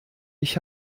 ich